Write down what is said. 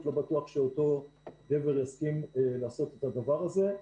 לא בטוח שאותו גבר יסכים לעשות את הדבר הזה.